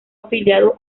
afiliado